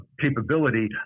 capability